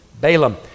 Balaam